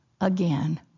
again